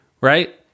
Right